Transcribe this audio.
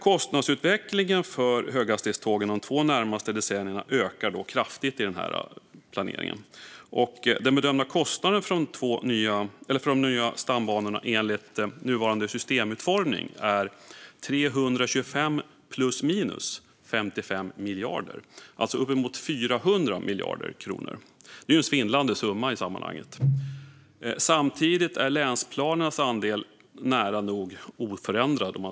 Kostnadsutvecklingen för höghastighetstågen de två närmaste decennierna ökar kraftigt i den här planeringen. Den bedömda kostnaden för de nya stambanorna enligt nuvarande systemutformning är 325 plus minus 55 miljarder. Det är alltså uppemot 400 miljarder kronor. Det är en svindlande summa i sammanhanget. Samtidigt är länsplanernas andel nära nog oförändrad.